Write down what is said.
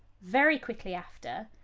very quickly after,